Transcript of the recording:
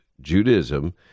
Judaism